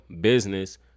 business